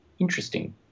Interesting